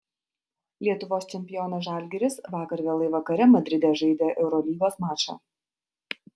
lietuvos čempionas žalgiris vakar vėlai vakare madride žaidė eurolygos mačą